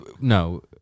no